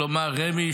כלומר רמ"י,